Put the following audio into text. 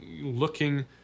Looking